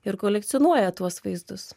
ir kolekcionuoja tuos vaizdus